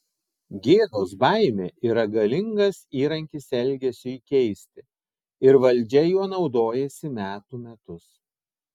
gėdos baimė yra galingas įrankis elgesiui keisti ir valdžia juo naudojasi metų metus